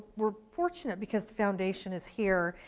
we're fortunate because the foundation is here.